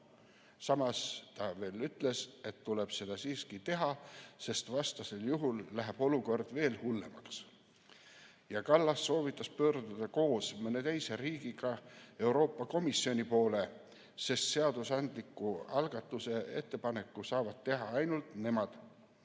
Samas ta ütles, et tuleb seda siiski teha, sest vastasel juhul läheb olukord veel hullemaks. Kallas soovitas pöörduda koos mõne teise riigiga Euroopa Komisjoni poole, sest seadusandliku algatuse ettepaneku saavad teha ainult nemad,